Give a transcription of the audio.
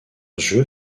jeu